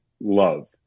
love